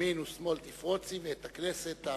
ימין ושמאל תפרוצי, ואת הכנסת תעריצי.